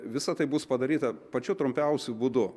visa tai bus padaryta pačiu trumpiausiu būdu